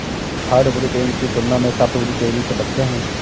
hardwood पेड़ की तुलना में सॉफ्टवुड तेजी से बढ़ते हैं